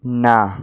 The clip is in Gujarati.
ના